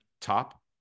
top